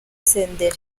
senderi